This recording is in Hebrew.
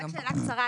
אולי שאלה קצרה,